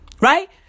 right